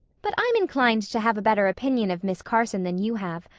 but i'm inclined to have a better opinion of miss carson than you have.